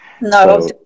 No